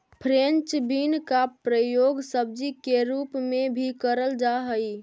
French bean का प्रयोग सब्जी के रूप में भी करल जा हई